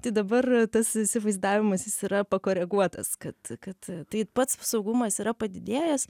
tai dabar tas įsivaizdavimas jis yra pakoreguotas kad kad tai pats saugumas yra padidėjęs